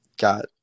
got